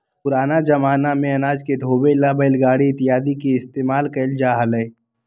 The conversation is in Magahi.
पुराना जमाना में अनाज के ढोवे ला बैलगाड़ी इत्यादि के इस्तेमाल कइल जा हलय